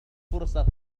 فرصة